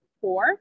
four